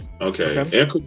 okay